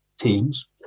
teams